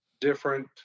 different